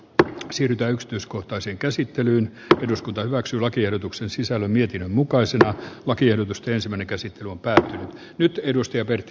b yksi ride yksityiskohtaiseen käsittelyyn eduskunta hyväksyi lakiehdotuksen sisällön mietinnön mukaiset lakiehdotustensa meni käsi on päätä tapahtui hirveä erehdys